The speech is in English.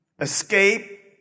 escape